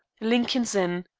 lincoln's inn.